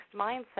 mindset